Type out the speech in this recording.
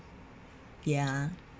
ya